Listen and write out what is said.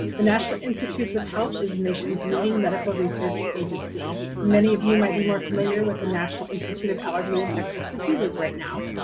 the national institutes of health is the nation's leading medical research agency. many of you might be more familiar with the national institute of allergy and infectious diseases right now.